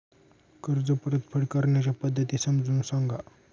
कर्ज परतफेड करण्याच्या पद्धती समजून सांगा